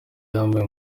yambaye